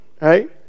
Right